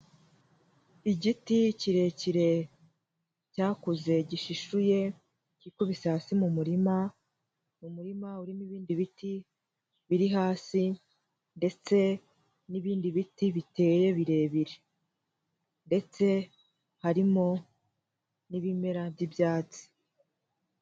Igiti kirekire cyakuze gishishuye kikubise hasi mu murima, uwo murima urimo ibindi biti biri hasi ndetse n'ibindi biti biteye birebire ndetse harimo n'ibimera by'ibyatsi.